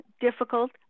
difficult